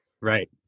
right